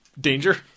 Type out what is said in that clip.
Danger